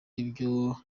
ibyo